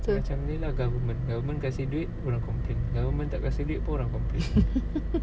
true